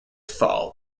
fall